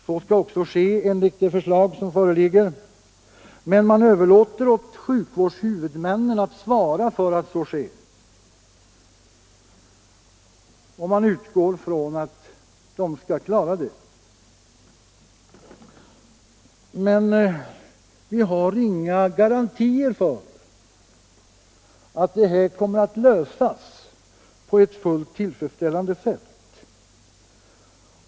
Så skall också ske enligt det förslag som föreligger. Men man överlåter åt sjukvårdshuvudmännen att svara för att så sker. Och man utgår från att de skall klara den saken. Men vi har inga garantier för att den frågan kommer att lösas på ett fullt tillfredsställande sätt.